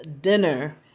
dinner